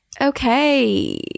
Okay